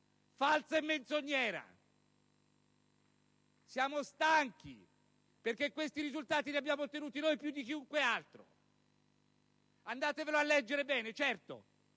Mazzatorta).* Siamo stanchi, perché questi risultati li abbiamo ottenuti noi più di chiunque altro. Andatevelo a leggere bene; certo,